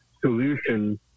solution